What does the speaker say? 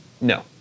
No